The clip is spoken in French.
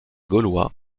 gaulois